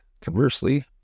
Conversely